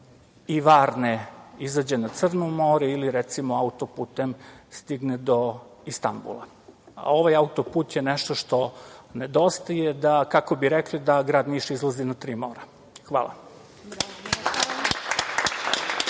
i Varne izađe na Crno more ili, recimo, auto-putem stigne do Istanbula. A ovaj auto-put je nešto što nedostaje da, kako bi rekli, grad Niš izlazi na tri mora. Hvala.